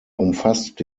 umfasste